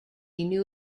new